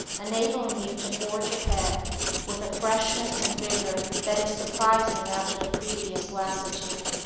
enabling you to forge ahead with a freshness and vigor that is surprising after the previous lassitude.